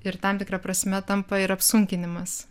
ir tam tikra prasme tampa ir apsunkinimas